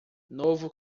novo